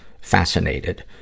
fascinated